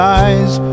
eyes